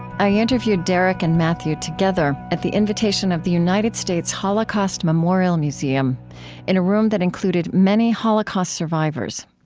i interviewed derek and matthew together at the invitation of the united states holocaust memorial museum in a room that included many holocaust survivors.